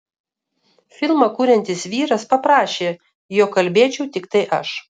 filmą kuriantis vyras paprašė jog kalbėčiau tiktai aš